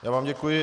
Já vám děkuji.